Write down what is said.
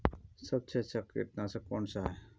सबसे अच्छा कीटनाशक कौनसा है?